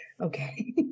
okay